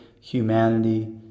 humanity